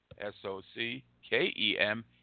S-O-C-K-E-M